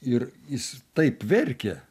ir jis taip verkė